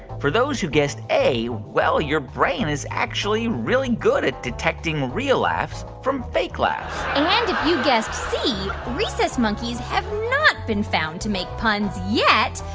for those who guessed a, well, your brain is actually really good at detecting real laughs from fake laughs and if you guessed c, rhesus monkeys have not been found to make puns yet.